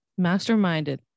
masterminded